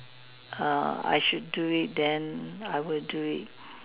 err I should do it then I will do it